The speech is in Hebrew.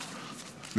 משהו.